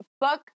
fuck